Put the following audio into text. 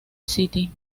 city